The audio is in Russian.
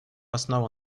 основу